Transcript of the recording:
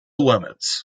limits